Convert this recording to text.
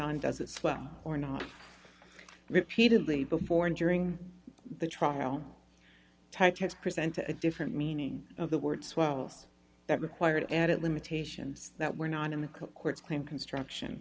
on does it swell or not repeatedly before and during the trial type has presented a different meaning of the word swells that required at limitations that were not in the court's claim construction